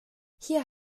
hier